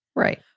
right.